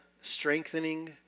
strengthening